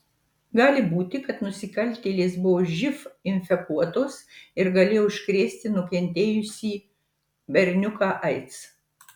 gali būti kad nusikaltėlės buvo živ infekuotos ir galėjo užkrėsti nukentėjusį berniuką aids